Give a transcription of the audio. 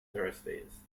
thursdays